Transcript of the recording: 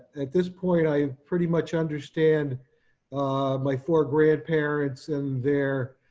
at this point i pretty much understand my four grandparents and their,